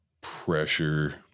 pressure